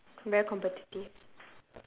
very competitive